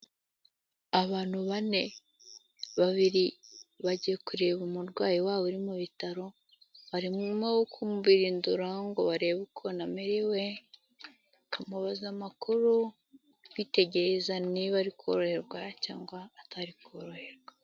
Abantu bane, babiri bagiye kureba umurwayi wabo uri mu bitaro, barimo kumubirindura ngo barebe ukuntu amerewe, bakamubaza amakuru, bitegereza niba ari koroherwa cyangwa atari koroherwa.